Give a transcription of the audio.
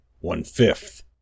one-fifth